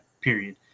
Period